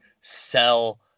sell